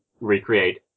recreate